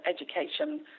education